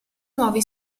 nuovi